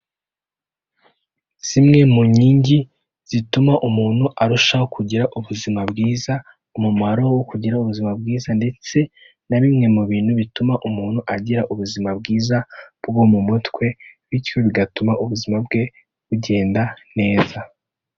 Zimwe mu nkingi zituma umuntu arushaho kugira ubuzima bwiza, umumaro wo kugira ubuzima bwiza ndetse na bimwe mu bintu bituma umuntu agira ubuzima bwiza bwo mu mutwe, bityo bigatuma ubuzima bwe bugenda neza.